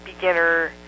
beginner